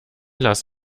lass